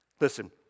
Listen